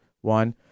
One